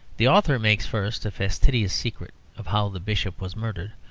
the author makes first a fastidious secret of how the bishop was murdered,